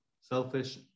selfish